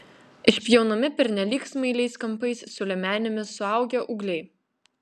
išpjaunami pernelyg smailiais kampais su liemenimis suaugę ūgliai